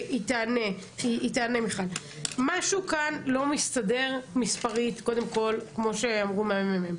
משהו כאן לא מסתדר מספרית, כמו שאמרו הממ"מ.